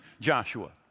Joshua